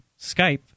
Skype